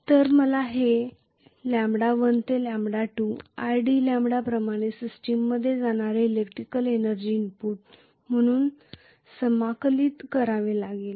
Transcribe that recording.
तर मला हे λ1 ते λ2 idλ प्रमाणे सिस्टममध्ये जाणारे इलेक्ट्रिकल एनर्जी इनपुट म्हणून समाकलित करावे लागेल